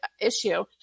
issue